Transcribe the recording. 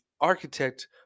architect